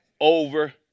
over